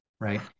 right